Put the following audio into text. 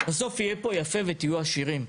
בסוף יהיה פה יפה ותהיו עשירים."